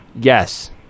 Yes